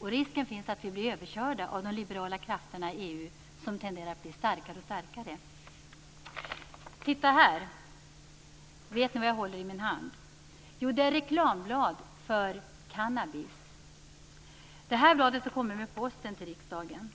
Risken finns att vi blir överkörda av de liberala krafter i EU som tenderar att bli starkare och starkare. Titta här! Vet ni vad jag håller i min hand? Jo, det är ett reklamblad för cannabis. Det här bladet har kommit med posten till riksdagen.